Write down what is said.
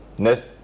Next